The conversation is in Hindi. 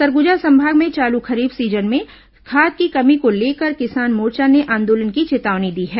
सरगुजा संभाग में चालू खरीफ सीजन में खाद की कमी को लेकर किसान मोर्चा ने आंदोलन की चेतावनी दी है